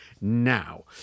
now